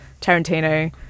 Tarantino